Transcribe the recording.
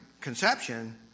conception